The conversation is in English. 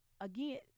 again